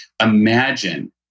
imagine